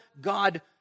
God